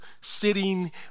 sitting